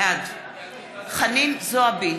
בעד חנין זועבי,